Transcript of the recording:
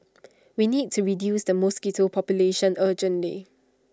we need to reduce the mosquito population urgently